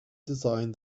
designed